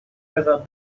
river